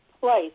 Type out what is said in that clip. place